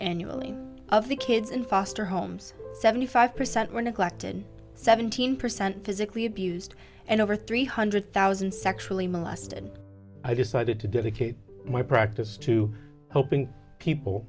annually of the kids in foster homes seventy five percent were neglected seventeen percent physically abused and over three hundred thousand sexually molested and i decided to dedicate my practice to helping people